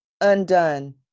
undone